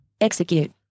Execute